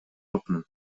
жокмун